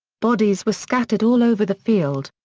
bodies were scattered all over the field.